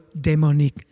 demonic